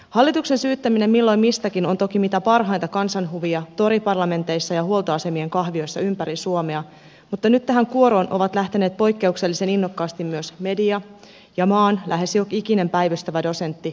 hallituksen syyttäminen milloin mistäkin on toki mitä parhainta kansanhuvia toriparlamenteissa ja huoltoasemien kahvioissa ympäri suomea mutta nyt tähän kuoroon ovat lähteneet poikkeuksellisen innokkaasti myös media ja maan lähes joka ikinen päivystävä dosentti ja asiantuntija